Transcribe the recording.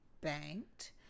banked